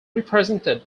represented